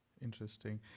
interesting